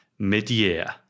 midyear